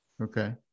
Okay